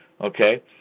Okay